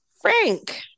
Frank